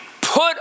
Put